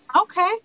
Okay